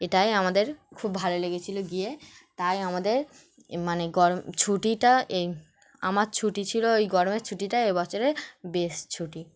এটাই আমাদের খুব ভালো লেগেছিলো গিয়ে তাই আমাদের মানে গরম ছুটিটা এই আমার ছুটি ছিল এই গরমের ছুটিটা এবছর বেশ ছুটি